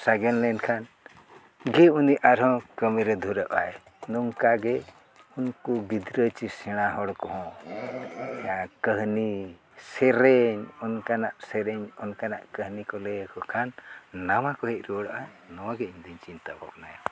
ᱥᱟᱜᱮᱱ ᱞᱮᱱᱠᱷᱟᱱ ᱜᱮ ᱩᱱᱤ ᱟᱨᱦᱚᱸ ᱠᱟᱹᱢᱤ ᱨᱮ ᱫᱷᱩᱨᱟᱹᱜ ᱟᱭ ᱱᱚᱝᱠᱟ ᱜᱮ ᱩᱱᱠᱩ ᱜᱤᱫᱽᱨᱟᱹ ᱥᱮ ᱥᱮᱬᱟ ᱦᱚᱲ ᱠᱚᱦᱚᱸ ᱠᱟᱹᱦᱱᱤ ᱥᱮᱨᱮᱧ ᱚᱱᱠᱟᱱᱟᱜ ᱥᱮᱨᱮᱧ ᱚᱱᱠᱟᱱᱟᱜ ᱠᱟᱹᱦᱱᱤ ᱠᱚ ᱞᱟᱹᱭᱟᱠᱚ ᱠᱷᱟᱱ ᱱᱟᱣᱟ ᱠᱚ ᱦᱮᱡ ᱨᱩᱣᱟᱹᱲᱚᱜᱼᱟ ᱱᱚᱣᱟ ᱜᱮ ᱤᱧ ᱫᱩᱧ ᱪᱤᱱᱛᱟᱹ ᱵᱷᱟᱵᱱᱟᱭᱟ